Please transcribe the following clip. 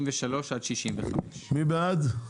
51 עד 52. מי בעד?